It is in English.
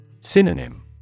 Synonym